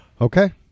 okay